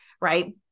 right